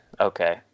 okay